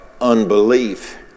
unbelief